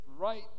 right